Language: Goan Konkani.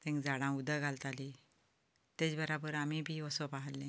झाडांक उदक घालताली तिजे बरोबर आमीं बी वचप आसलें